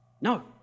No